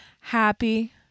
happy